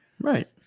Right